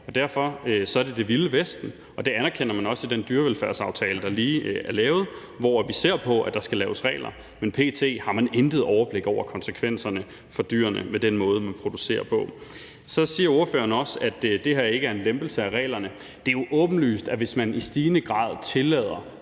derfor er det det vilde vesten, og det anerkender man også i den dyrevelfærdsaftale, der lige er lavet, hvor vi ser på, at der skal laves regler. Men p.t. har man intet overblik over konsekvenserne for dyrene ved den måde, man producerer på. Så siger ordføreren også, at det her ikke er en lempelse af reglerne. Det er jo åbenlyst, at hvis man i stigende grad tillader